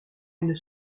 une